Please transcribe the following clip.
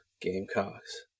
Gamecocks